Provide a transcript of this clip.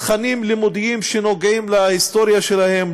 תכנים שנוגעים להיסטוריה שלהם,